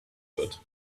wird